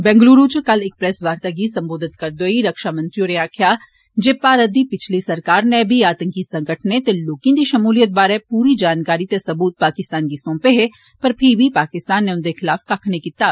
बेंगलूरू च कल इक प्रैस वार्ता गी संबोधत करदे होई रक्षा मंत्री होरें आक्खेआ जे भारत दी पिछली सरकारनै वी आतंकी संगठने ते लोकें दी षमूलियत बारे पूरी जानकारी ते सबूत पाकिस्तान गी सौंपे हे पर फी बी पाकिस्तानउंदे खलाफ किष नेइं कीता हा